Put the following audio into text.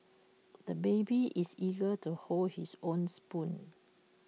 the baby is eager to hold his own spoon